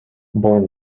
born